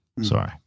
Sorry